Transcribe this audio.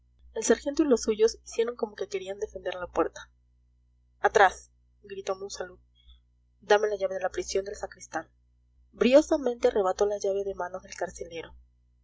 el sargento y los suyos hicieron como que querían defender la puerta atrás gritó monsalud dame la llave de la prisión del sacristán briosamente arrebató la llave de manos del carcelero